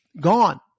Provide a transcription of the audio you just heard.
gone